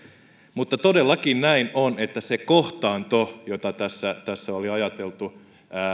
mutta todellakin näin on että se kohtaanto jota tässä tässä oli ajateltu